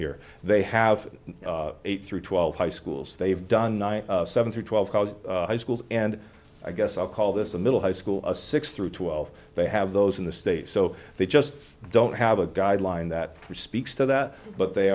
here they have eight through twelve high schools they've done seven through twelve schools and i guess i'll call this a middle high school a six through twelve they have those in the state so they just don't have a guideline that speaks to that but they